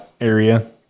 area